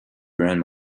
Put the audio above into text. grand